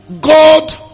God